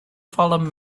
fallen